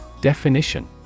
Definition